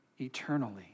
eternally